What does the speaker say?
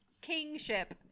kingship